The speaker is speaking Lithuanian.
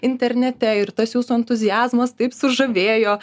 internete ir tas jūsų entuziazmas taip sužavėjo